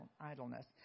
idleness